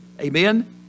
amen